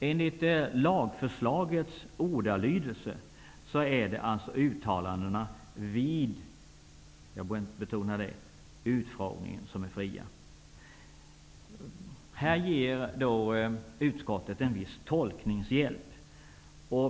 Enligt lagförslagets ordalydelse är alltså uttalandena ''vid'' utfrågningar fria att återge. Här ger utskottet en viss tolkningshjälp.